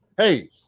hey